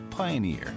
Pioneer